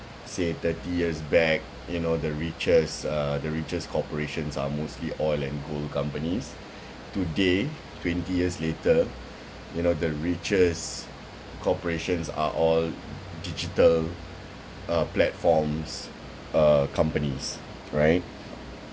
say thirty years back you know the richest uh the richest corporations are mostly oil and coal companies today twenty years later you know the richest corporations are all digital uh platforms uh companies right